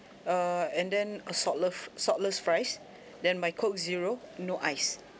uh and then a saltless saltless fries then my coke zero no ice